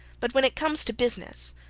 but when it comes to business,